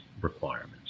requirements